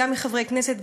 גם מחברי כנסת,